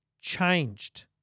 changed